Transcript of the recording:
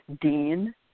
Dean